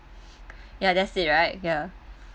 ya that's it right ya